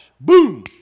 Boom